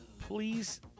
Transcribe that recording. please